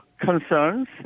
concerns